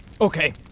Okay